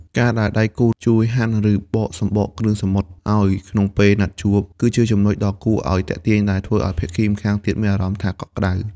ការដែលដៃគូជួយហាន់ ឬបកសំបកគ្រឿងសមុទ្រឱ្យក្នុងពេលណាត់ជួប គឺជាចំណុចដ៏គួរឱ្យទាក់ទាញដែលធ្វើឱ្យភាគីម្ខាងទៀតមានអារម្មណ៍ថាកក់ក្ដៅ។